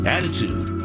Attitude